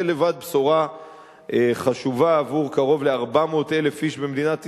זה לבד בשורה חשובה עבור קרוב ל-400,000 איש במדינת ישראל,